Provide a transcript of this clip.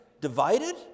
divided